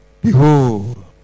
behold